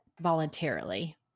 voluntarily